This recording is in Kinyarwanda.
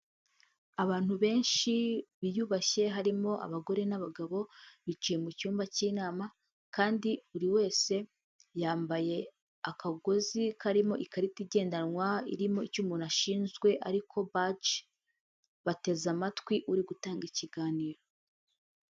Abantu benshi biyubashye harimo abagore n'abagabo, bicaye mu cyumba cy'inama, kandi buri wese yambaye akagozi karimo ikarita igendanwa irimo icyo umuntu ashinzwe ariko baji, bateze amatwi uri gutanga ikiganiro.